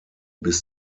bis